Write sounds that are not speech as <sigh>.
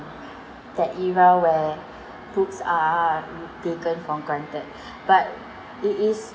that era where books are <breath> taken for granted <breath> but it is